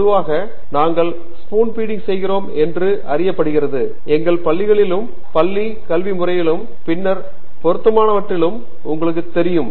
பொதுவாக நாங்கள் spoon feeding செய்கிறோம் என்று அறியப்படுகிறது எங்கள் பள்ளிகளிலும் பள்ளிக் கல்வி முறையிலும் பின்னர் பெரும்பாலானவற்றிலும் உங்களுக்குத் தெரியும்